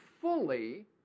fully